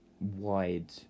wide